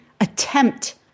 attempt